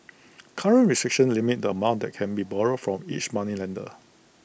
current restrictions limit the amount that can be borrowed from each moneylender